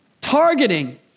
targeting